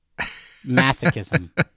Masochism